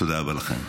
תודה רבה לכם.